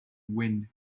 wind